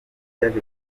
ryaje